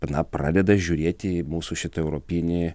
na pradeda žiūrėti į mūsų šitą europinį